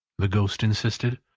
the ghost insisted.